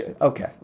Okay